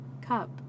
cup